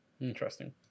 interesting